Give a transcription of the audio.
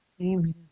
Amen